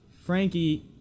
Frankie